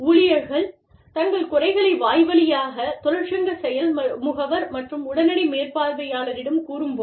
ஊழியர்கள் தங்கள் குறைகளை வாய்வழியாக தொழிற்சங்க செயல் முகவர் மற்றும் உடனடி மேற்பார்வையாளரிடம் கூறும்போது